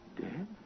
Dead